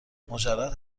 مجرد